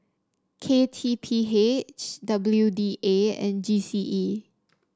K T P H W D A and G C E